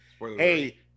Hey